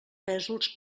pèsols